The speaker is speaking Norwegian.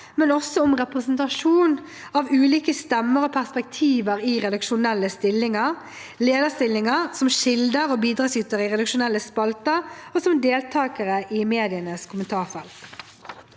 flere og om representasjon av ulike stemmer og perspektiver i redaksjonelle stillinger og lederstillinger, som kilder og bidragsytere i redaksjonelle spalter og som deltakere i medienes kommentarfelt.